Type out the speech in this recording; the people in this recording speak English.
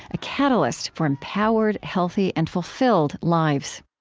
a catalyst for empowered, healthy, and fulfilled lives